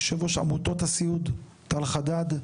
טל חדד?